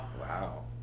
wow